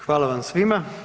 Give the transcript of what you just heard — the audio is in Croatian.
Hvala vam svima.